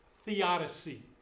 theodicy